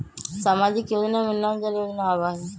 सामाजिक योजना में नल जल योजना आवहई?